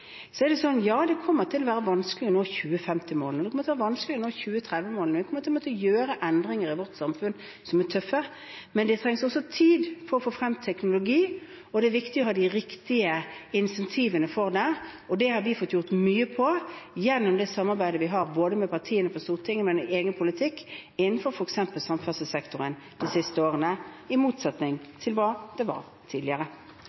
kommer til å være vanskelig å nå 2030-målene, og vi kommer til å måtte gjøre endringer i vårt samfunn som er tøffe. Men det trengs også tid for å få frem teknologi, og det er viktig å ha de riktige incentivene for det. Der har vi fått gjort mye, gjennom det samarbeidet vi har med partiene på Stortinget, men også gjennom egen politikk innenfor f.eks. samferdselssektoren de siste årene – i motsetning til slik det var tidligere.